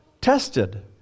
tested